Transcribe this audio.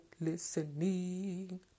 listening